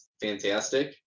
Fantastic